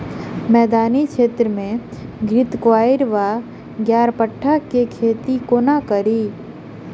मैदानी क्षेत्र मे घृतक्वाइर वा ग्यारपाठा केँ खेती कोना कड़ी?